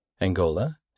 Angola